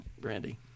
Brandy